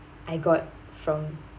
I got from